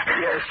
Yes